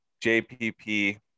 JPP